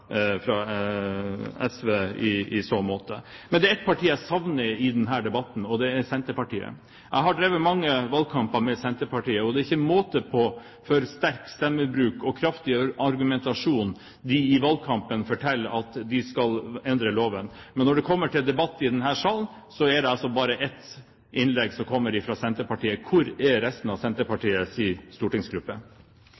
fra SV i så måte. Det er ett parti jeg savner i denne debatten, og det er Senterpartiet. Jeg har drevet mange valgkamper mot Senterpartiet, og det er ikke måte på sterk stemmebruk og kraftig argumentasjon når de i valgkampen forteller at de skal endre loven. Men når det kommer til debatt i denne salen, er det bare ett innlegg som kommer fra Senterpartiet. Hvor er resten av